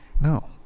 No